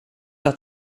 att